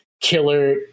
killer